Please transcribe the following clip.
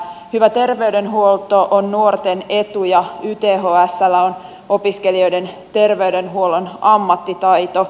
hyvä terveydenhuolto on nuorten etu ja ythsllä on opiskelijoiden terveydenhuollon ammattitaito